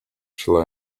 shall